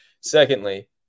Secondly